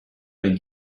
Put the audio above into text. les